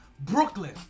brooklyn